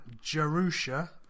Jerusha